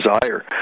desire